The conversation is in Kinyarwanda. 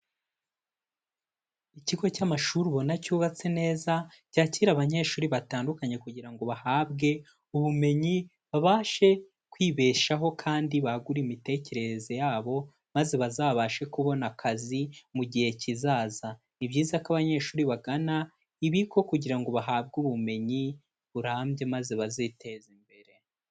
Ikigo cy'amashuri ubona cyubatse neza, cyakira abanyeshuri batandukanye kugira ngo bahabwe ubumenyi, babashe kwibeshaho kandi bagure imitekerereze yabo, maze bazabashe kubona akazi mu gihe kizaza. Ni byiza ko abanyeshuri bagana ibigo kugira ngo bahabwe ubumenyi burambye, maze baziteze imbere.